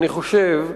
אני חושב,